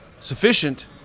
sufficient